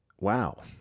wow